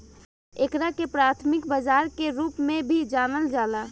एकरा के प्राथमिक बाजार के रूप में भी जानल जाला